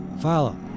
Follow